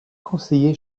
conseiller